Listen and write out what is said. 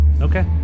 okay